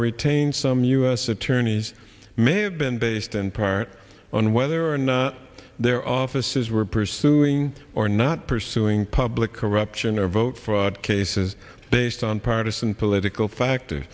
retain some u s attorneys may have been based in part on whether or not their offices were pursuing or not pursuing public corruption or vote fraud cases based on partisan political factor